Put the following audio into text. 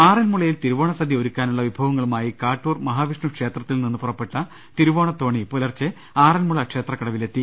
ആറന്മുളയിൽ തിരുവോണ സദ്യ ഒരുക്കാനുള്ള വിഭവങ്ങളുമായി കാട്ടൂർ മഹാവിഷ്ണു ക്ഷേത്രത്തിൽ നിന്ന് പുറപ്പെട്ട തിരുവോണത്തോണി പുലർച്ചെ ആറന്മുള ക്ഷേത്രക്കടവിൽ എത്തി